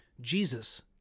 Jesus